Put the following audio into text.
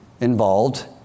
involved